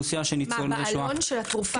בעלון של התרופה?